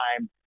time